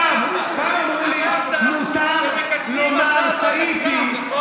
אגב, כאן אמרו לי, מותר לומר: טעיתי.